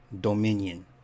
Dominion